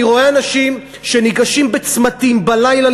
אני רואה אנשים שניגשים בצמתים בלילה,